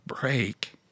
break